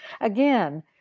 again